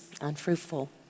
unfruitful